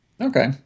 Okay